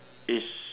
it's